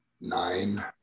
nine